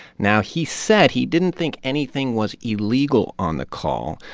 now, he said he didn't think anything was illegal on the call,